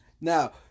Now